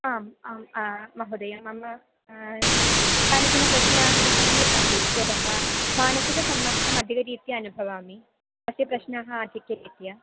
आम् आम् आम् महोदया मम कानिचन प्रश्न प्रश्नानि सन्ति यतः मानसिकसम्मर्दम् अधिकरीत्या अनुभवामि तस्य प्रश्नः अधिकरीत्या